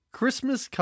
Christmas